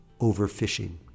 Overfishing